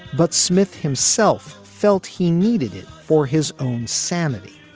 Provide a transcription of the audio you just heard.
but smith himself felt he needed it for his own sanity.